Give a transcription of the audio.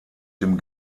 dem